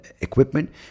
equipment